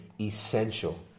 essential